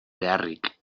beharrik